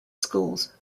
schools